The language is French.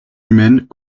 humaines